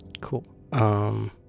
Cool